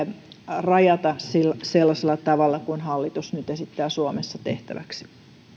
rajata sellaisella tavalla kuin hallitus nyt esittää suomessa tehtäväksi